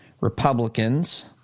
Republicans